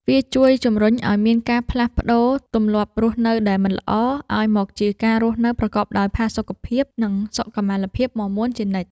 វាជួយជម្រុញឱ្យមានការផ្លាស់ប្តូរទម្លាប់រស់នៅដែលមិនល្អ ឱ្យមកជាការរស់នៅប្រកបដោយផាសុកភាព និងសុខុមាលភាពមាំមួនជានិច្ច។